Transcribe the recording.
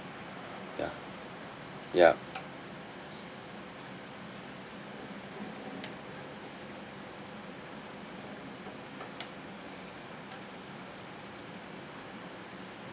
ya ya